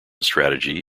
strategy